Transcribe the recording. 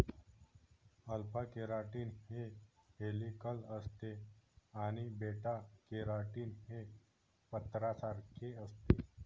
alpha keratin हे helical असते आणि बीटा केराटीन हे पत्र्यासारखे असते